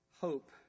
Hope